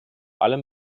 allem